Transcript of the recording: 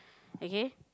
okay